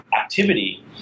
activity